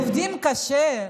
עובדים קשה,